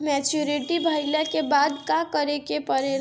Maturity भईला के बाद का करे के पड़ेला?